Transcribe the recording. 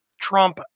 Trump